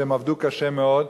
שעבדו קשה מאוד,